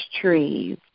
Trees